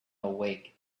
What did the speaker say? awake